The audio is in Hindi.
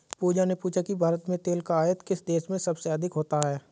पूजा ने पूछा कि भारत में तेल का आयात किस देश से सबसे अधिक होता है?